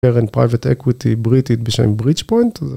קרן, פרייבט איקוויטי, בריטית בשם בריץ פוינט.